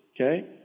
okay